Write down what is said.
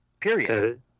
Period